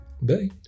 Bye